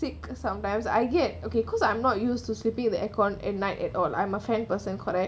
take sometimes I get okay cause I'm not used to sleeping in the air con at night at all lah I'm a fan person correct